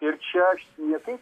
ir čia niekaip